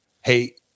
hey